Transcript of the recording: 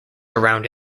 around